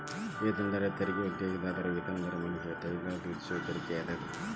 ವೇತನದಾರರ ತೆರಿಗೆ ಉದ್ಯೋಗದಾತರ ವೇತನದಾರರ ಮೇಲೆ ತಡೆಹಿಡಿಯಲಾದ ವಿಧಿಸುವ ತೆರಿಗೆ ಆಗ್ಯಾದ